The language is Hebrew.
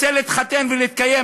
רוצה להתחתן ולהתקיים.